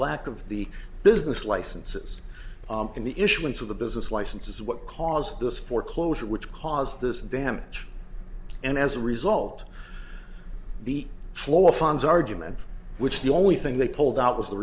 lack of the business licenses and the issuance of a business license is what caused this foreclosure which caused this damage and as a result the flow of funds argument which the only thing they pulled out was the